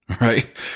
Right